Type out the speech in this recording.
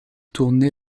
tourner